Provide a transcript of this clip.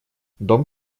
дом